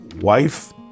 wife